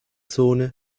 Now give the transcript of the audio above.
zone